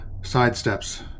sidesteps